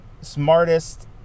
smartest